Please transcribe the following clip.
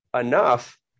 enough